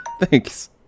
Thanks